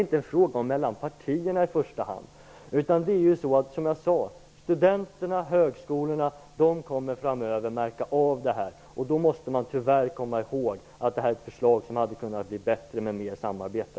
Det här är inte i första hand en fråga mellan partierna. Studenterna och högskolorna kommer framöver, som sagt, att märka av det här. Då måste vi, tyvärr, komma ihåg att det gäller ett förslag som hade kunnat bli bättre genom mera samarbete.